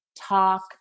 talk